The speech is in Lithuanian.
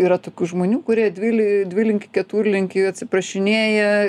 yra tokių žmonių kurie dvili dvilinki keturlinki atsiprašinėja